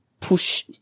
push